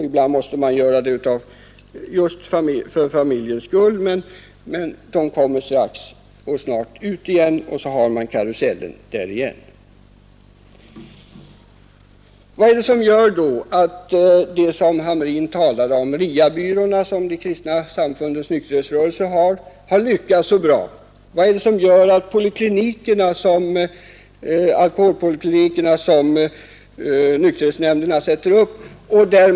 Ibland måste man tillgripa intagning på anstalt just för familjens skull, men vederbörande kommer snart ut igen, och så är karusellen i gång på nytt. Vad är det då som gör att RIA-byråerna, som herr Hamrin talade om och som de kristna samfundens nykterhetsrörelse driver, har lyckats så bra? Vad är det som gör att de alkoholpolikliniker som nykterhetsnämnderna sätter upp lyckas så bra?